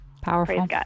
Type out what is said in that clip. powerful